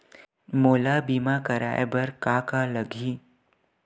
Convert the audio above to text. मोला बीमा कराये बर का का लगही?